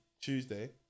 Tuesday